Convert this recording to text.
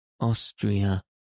Austria